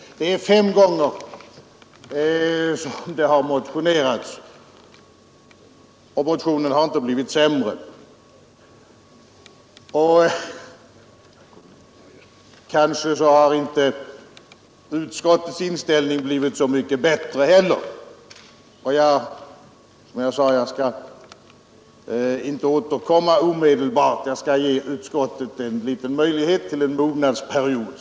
Trafiklivränta till Herr talman! Det är fem gånger som vi har motionerat i denna fråga, Thorild och motionen har inte blivit sämre. Kanske har inte utskottets inställning Oldenburg blivit så mycket bättre heller. Jag skall som sagt inte omedelbart återkomma utan ge utskottet en möjlighet till en mognadsperiod.